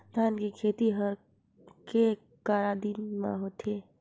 धान के खेती हर के करा दिन म होथे?